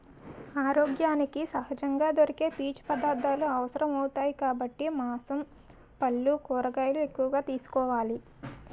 ఆరోగ్యానికి సహజంగా దొరికే పీచు పదార్థాలు అవసరమౌతాయి కాబట్టి మాంసం, పల్లు, కూరగాయలు ఎక్కువగా తీసుకోవాలి